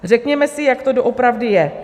Řekněme si, jak to doopravdy je.